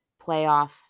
playoff